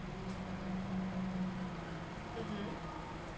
mm